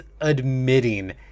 admitting